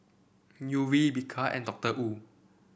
Yuri Bika and Doctor Wu